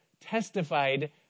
testified